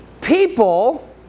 People